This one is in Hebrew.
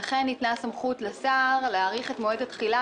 ולכן ניתנה הסמכות לחוק להאריך את מועד התחילה